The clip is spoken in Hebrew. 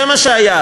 זה מה שהיה.